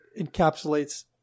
encapsulates